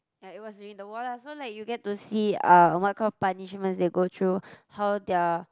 yeah it was during the war lah so like you get to see uh what kind of punishments they go through how their